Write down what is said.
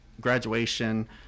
graduation